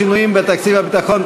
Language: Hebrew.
שינויים בתקציב הביטחון),